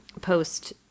post